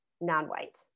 non-white